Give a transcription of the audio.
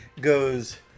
goes